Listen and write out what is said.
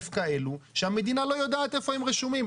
כאלו שהמדינה לא יודעת איפה הם רשומים,